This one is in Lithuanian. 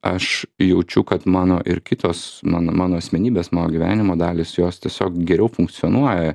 aš jaučiu kad mano ir kitos mano mano asmenybės mano gyvenimo dalys jos tiesiog geriau funkcionuoja